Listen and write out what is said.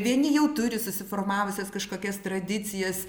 vieni jau turi susiformavusias kažkokias tradicijas